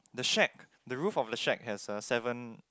the shed the roof of the shed has a seven